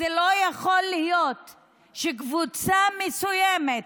לא יכול להיות שקבוצה מסוימת,